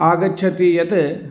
आगच्छति यत्